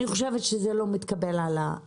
אני חושבת שזה לא מתקבל על הדעת.